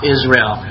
Israel